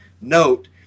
note